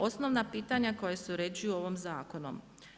Osnovna pitanja koja se uređuju ovim zakonom.